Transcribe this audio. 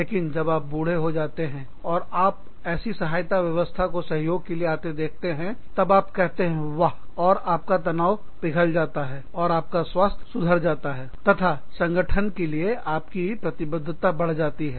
लेकिन जब आप बूढ़े हो जाते हैं और आप ऐसी सहायता व्यवस्था को सहयोग के लिए आते देखते हैं अब आप कहते हैं वाह और आपका तनाव पिघल जाता है और आपका स्वास्थ्य सुधर जाता है तथा संगठन के लिए आपकी प्रतिबद्धता बढ़ जाती है